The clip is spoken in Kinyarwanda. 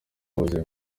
ubuzima